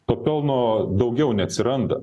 to pelno daugiau neatsiranda